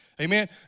Amen